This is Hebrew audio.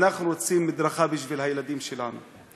אנחנו רוצים מדרכה בשביל הילדים שלנו,